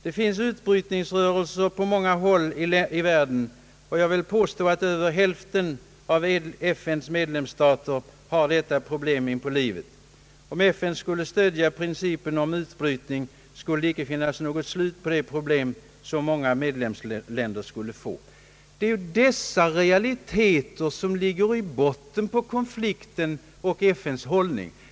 »Det finns utbrytningsrörelser på många håll i världen, och jag vill påstå, att över hälften av FN:s medlemsstater har detta problem inpå livet. Om FN skulle stödja principen om utbrytning, skulle det icke finnas något slut på de problem som många medlemsländer skulle få.» Det är dessa realiteter som ligger i botten på konflikten och FN:s hållning.